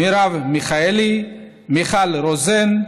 מרב מיכאלי, מיכל רוזין,